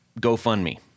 GoFundMe